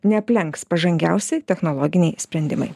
neaplenks pažangiausi technologiniai sprendimai